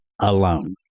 alone